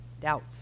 doubts